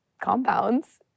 compounds